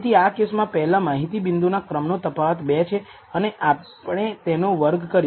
તેથી આ કેસમાં પહેલા માહિતી બિંદુ ના ક્રમ નો તફાવત 2 છે અને આપણે તેનો વર્ગ કર્યો